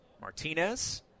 Martinez